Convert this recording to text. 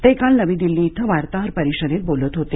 ते काल नवी दिल्ली इथं वार्ताहर परिषदेत बोलत होते